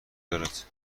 دارد